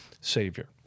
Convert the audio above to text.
Savior